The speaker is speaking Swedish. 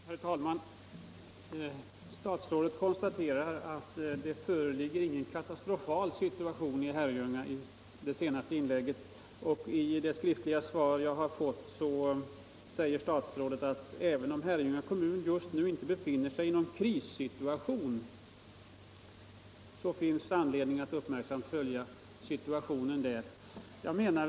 Herr talman! Statsrådet konstaterar nu att det föreligger ingen katastrofal situation i Herrljunga, och i svaret sade statsrådet att ”även om Herrljunga kommun just nu inte befinner sig i någon krissituation, finns det anledning att uppmärksamt följa utvecklingen”.